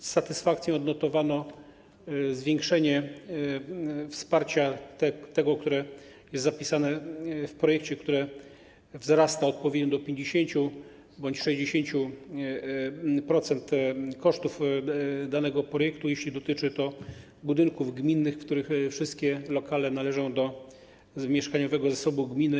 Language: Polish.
Z satysfakcją odnotowano zwiększenie wsparcia, które jest zapisane w projekcie, które wzrasta odpowiednio do 50% bądź 60% kosztów danego projektu, jeśli dotyczy to budynków gminnych, w których wszystkie lokale należą do mieszkaniowego zasobu gminy.